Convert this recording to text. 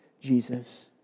Jesus